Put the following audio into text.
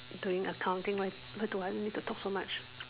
doing accounting why do I need to talk so much